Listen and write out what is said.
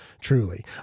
truly